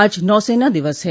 आज नौसेना दिवस है